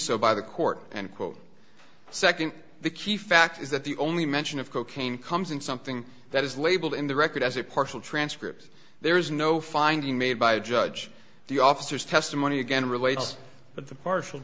so by the court and quote second the key fact is that the only mention of cocaine comes in something that is labeled in the record as a partial transcript there is no finding made by a judge the officers testimony again relates but the partial